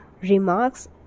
remarks